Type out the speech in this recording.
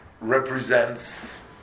represents